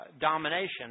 domination